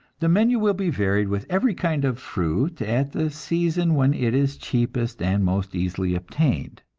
the menu will be varied with every kind of fruit at the season when it is cheapest and most easily obtained.